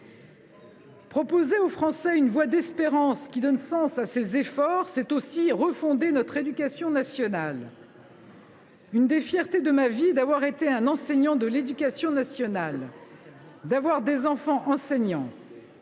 Proposer aux Français une voie d’espérance qui donne sens à ces efforts, c’est aussi refonder notre éducation nationale. L’une des fiertés de ma vie est d’avoir été un enseignant de l’éducation nationale et d’avoir des enfants enseignants.